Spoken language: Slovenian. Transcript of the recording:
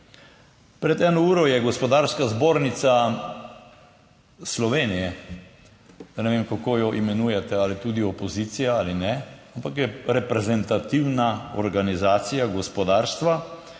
Pred 1 uro je Gospodarska zbornica Slovenije, ne vem, kako jo imenujete, ali tudi opozicija ali ne, ampak je reprezentativna organizacija gospodarstva,